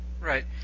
right